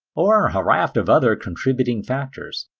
or a raft of other contributing factors.